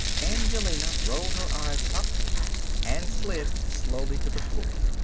angelina rolled her eyes up and slid slowly to the floor.